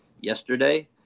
yesterday